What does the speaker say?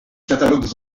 catalogues